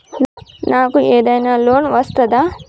నాకు ఏదైనా లోన్ వస్తదా?